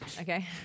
Okay